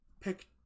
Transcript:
Pick